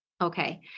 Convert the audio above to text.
Okay